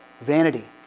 vanity